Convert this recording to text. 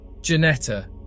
Janetta